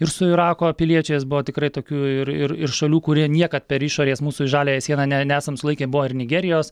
ir su irako piliečiais buvo tikrai tokių ir ir ir šalių kurie niekad per išorės mūsų žaliąją sieną ne nesam sulaikę buvo ir nigerijos